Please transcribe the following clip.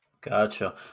Gotcha